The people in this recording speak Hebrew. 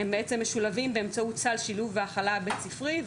משולבים באמצעות סל שילוב והכלה בית ספרי,